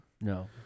No